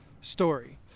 story